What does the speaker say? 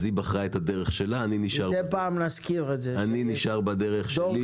אז היא בחרה את הדרך שלה, אני נשאר בדרך שלי.